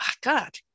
God